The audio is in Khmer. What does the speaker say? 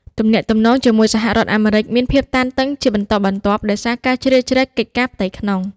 ទំនាក់ទំនងជាមួយសហរដ្ឋអាមេរិកមានភាពតានតឹងជាបន្តបន្ទាប់ដោយសារការជ្រៀតជ្រែកកិច្ចការផ្ទៃក្នុង។